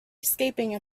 escaping